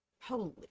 holy